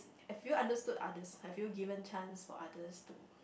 if you understood others have you given chance for others to